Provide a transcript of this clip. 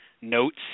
notes